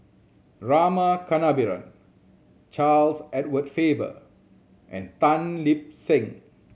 Rama Kannabiran Charles Edward Faber and Tan Lip Seng